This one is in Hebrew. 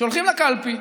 הולכים לקלפי,